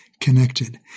connected